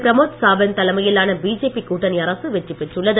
பிரமோத் சாவந்த் தலமையிலான பிஜேபி கூட்டணி அரசு வெற்றி பெற்றுள்ளது